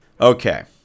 okay